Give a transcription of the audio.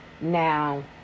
now